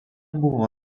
buvo